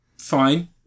fine